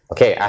Okay